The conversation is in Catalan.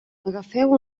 agafeu